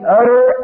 utter